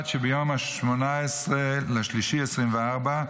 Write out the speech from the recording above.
שביום 18 במרץ 2024,